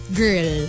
girl